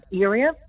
area